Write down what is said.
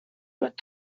but